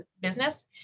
business